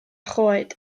choed